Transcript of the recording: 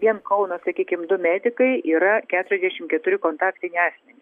vien kauno sakykim du medikai yra keturiasdešimt keturi kontaktiniai asmeny